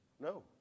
No